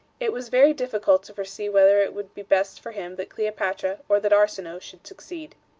it was very difficult to foresee whether it would be best for him that cleopatra or that arsinoe should succeed.